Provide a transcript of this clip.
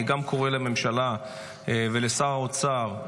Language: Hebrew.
אני גם קורא לממשלה ולשר האוצר,